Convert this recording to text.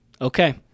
Okay